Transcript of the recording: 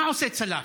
מה עושה צלף?